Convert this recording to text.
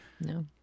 No